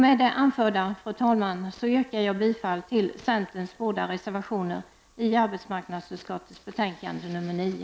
Med det anförda, fru talman, yrkar jag bifall till centerns båda reservationer i arbetsmarknadsutskottets betänkande nr 9.